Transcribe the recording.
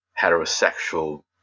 heterosexual